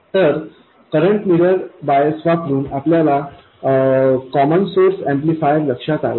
तर current mirror bias वापरुन आपल्याला कॉमन सोर्स ऍम्प्लिफायर लक्षात आला आहे